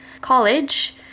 college